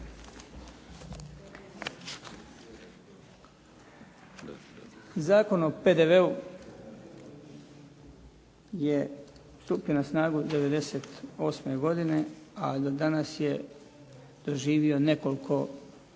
Zakon o PDV-u je stupio na snagu '98. godine, a do danas je doživio nekoliko